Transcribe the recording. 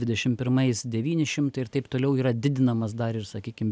dvidešim pirmais devyni šimtai ir taip toliau yra didinamas dar ir sakykim